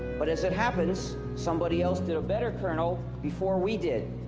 but as it happens. somebody else did a better kernel before we did.